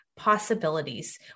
possibilities